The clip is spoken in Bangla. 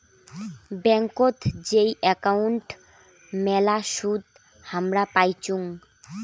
ব্যাংকোত যেই একাউন্ট মেলা সুদ হামরা পাইচুঙ